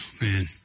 man